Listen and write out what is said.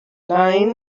nein